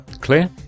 Clear